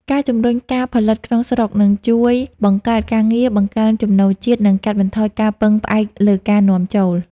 ការជំរុញការផលិតក្នុងស្រុកនឹងជួយបង្កើតការងារ បង្កើនចំណូលជាតិ និងកាត់បន្ថយការពឹងផ្អែកលើការនាំចូល។